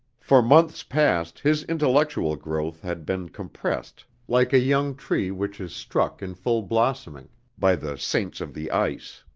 for months past his intellectual growth had been compressed like a young tree which is struck in full blossoming by the saints of the ice.